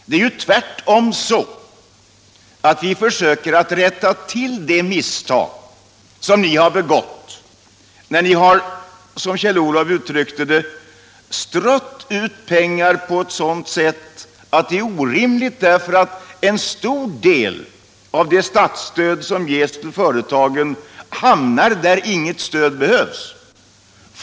Det är ju tvärtom så att vi försöker rätta till de misstag som regeringen har begått när den, som Kjell-Olof Feldt uttryckte det, strött ut pengar på ett sådant orimligt sätt att en stor del av det statsstöd som givits till företagen hamnat där inget stöd behövts.